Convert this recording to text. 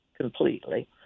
completely